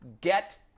get